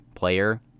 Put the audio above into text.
player